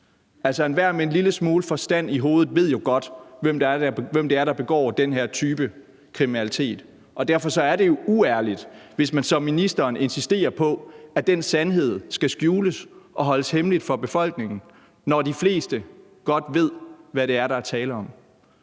Altså, enhver med en lille smule forstand i hovedet ved jo godt, hvem det er, der begår den her type kriminalitet. Derfor er det jo uærligt, hvis man, som ministeren gør, insisterer på, at den sandhed skal skjules og holdes hemmelig for befolkningen, når de fleste godt ved, hvad det er, der er tale om.